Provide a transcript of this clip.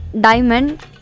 diamond